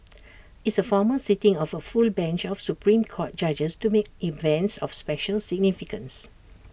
it's A formal sitting of A full bench of Supreme court judges to mark events of special significance